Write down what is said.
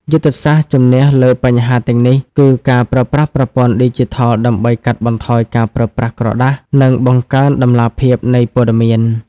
យុទ្ធសាស្ត្រជំនះលើបញ្ហាទាំងនេះ គឺការប្រើប្រាស់ប្រព័ន្ធឌីជីថលដើម្បីកាត់បន្ថយការប្រើប្រាស់ក្រដាស និងបង្កើនតម្លាភាពនៃព័ត៌មាន។